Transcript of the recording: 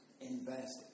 invest